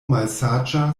malsaĝa